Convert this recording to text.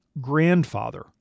grandfather